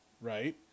Right